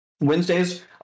Wednesdays